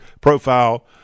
profile